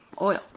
oil